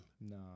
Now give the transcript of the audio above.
No